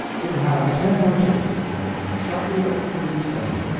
it have ten arches, and is constructed of free stone.